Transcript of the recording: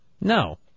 No